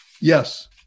Yes